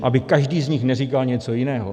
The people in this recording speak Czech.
Aby každý z nich neříkal něco jiného.